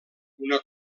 una